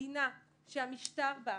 מדינה שהמשטר בה,